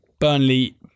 Burnley